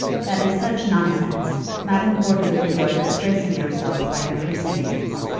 that is such nonsense. madame gordeloup, you are disgracing yourself by your proceedings.